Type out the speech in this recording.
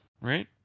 right